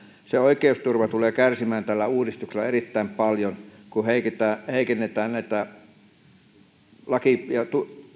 se oikeusturva tulee kärsimään tällä uudistuksella erittäin paljon kun heikennetään laki ja